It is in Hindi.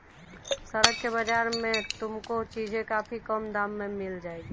सड़क के बाजार में तुमको चीजें काफी कम दाम में मिल जाएंगी